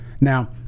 Now